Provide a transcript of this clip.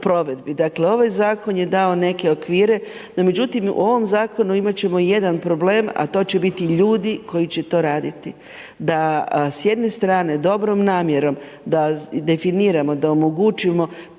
Dakle, ovaj zakon je dao neke okvire, no međutim, u ovom zakonu imati ćemo jedan problem, a to će biti ljudi koji će to raditi, da s jedne strane s dobrom namjerom, da definiramo, da omogućimo